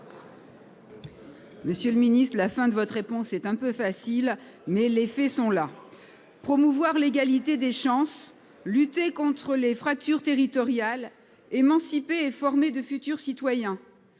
Monsieur le ministre, la fin de votre réponse est un peu facile, mais les faits sont là ! Promouvoir l'égalité des chances, lutter contre les fractures territoriales, émanciper et former de futurs citoyens,